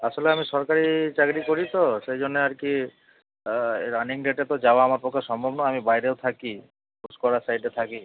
আসলে আমি সরকারী চাকরি করি তো সেই জন্যে আর কি রানিং ডেটে তো যাওয়া আমার পক্ষে সম্ভব না আমি বাইরেও থাকি গুসকরার সাইডে থাকি